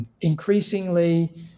increasingly